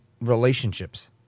relationships